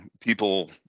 people